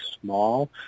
small